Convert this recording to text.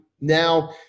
Now